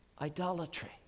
idolatry